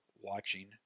watching